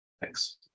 thanks